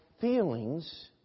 feelings